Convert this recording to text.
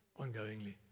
ongoingly